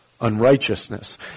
unrighteousness